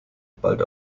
bald